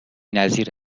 نظیر